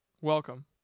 welcome